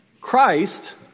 Christ